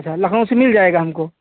अच्छा लखनऊ से मिल जाएगा हमको